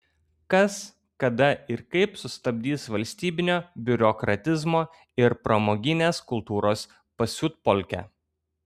kas kada ir kaip sustabdys valstybinio biurokratizmo ir pramoginės kultūros pasiutpolkę